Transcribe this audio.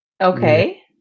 Okay